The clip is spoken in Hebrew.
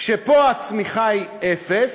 כשפה הצמיחה היא אפס,